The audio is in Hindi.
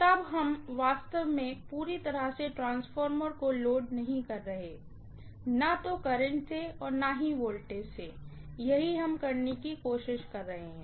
तो हम वास्तव में पूरी तरह से ट्रांसफार्मर को लोड नहीं कर रहे हैं न तो करंट से न ही वोल्टेज से यही हम करने की कोशिश कर रहे हैं